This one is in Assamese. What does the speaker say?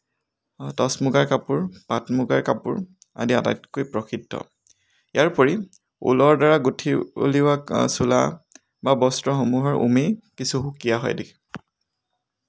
টচ মূগাৰ কাপোৰ পাট মূগাৰ কাপোৰ আদি আটাইতকৈ প্ৰসিদ্ধ ইয়াৰোপৰি ঊলৰ দ্বাৰা গোঁঠি উলিওৱা চোলা বা বস্ত্ৰসমূহৰ উমেই কিছু সুকীয়া হয়